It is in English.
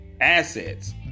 assets